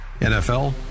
NFL